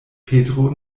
petro